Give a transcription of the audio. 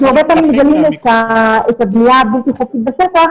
אנחנו הרבה פעמים מגלים את הבנייה הבלתי חוקית בשטח